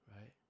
Right